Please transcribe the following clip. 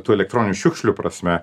tų elektroninių šiukšlių prasme